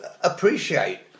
appreciate